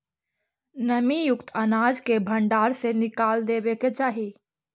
नमीयुक्त अनाज के भण्डार से निकाल देवे के चाहि